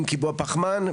אם קיבוע פחמן.